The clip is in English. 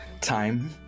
time